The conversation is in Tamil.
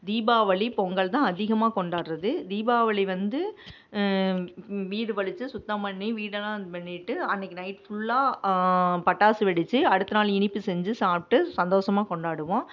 தீபாவளி பொங்கல்தான் அதிகமாக கொண்டாட் றது தீபாவளி வந்து வீடு வழித்து சுத்தம் பண்ணி வீடெல்லாம் இது பண்ணிட்டு அன்றைக்கி நைட் ஃபுல்லாக பட்டாசு வெடித்து அடுத்தநாள் இனிப்பு செஞ்சு சாப்பிட்டு சந்தோஷமாக கொண்டாடுவோம்